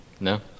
No